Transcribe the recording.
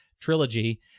trilogy